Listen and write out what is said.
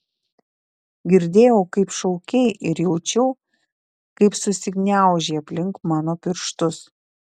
girdėjau kaip šaukei ir jaučiau kaip susigniaužei aplink mano pirštus